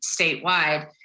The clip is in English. statewide